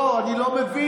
לא, אני לא מבין.